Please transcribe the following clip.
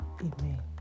amen